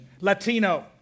Latino